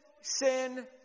sin